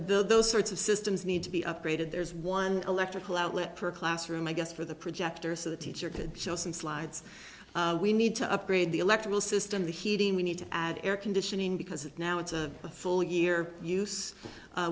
those sorts of systems need to be upgraded there's one electrical outlet per classroom i guess for the projector so the teacher could show some slides we need to upgrade the electoral system the heating we need to add air conditioning because now it's a full year use